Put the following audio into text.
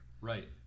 Right